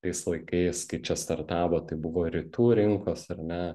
tais laikais kai čia startavo tai buvo rytų rinkos ar ne